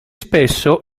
spesso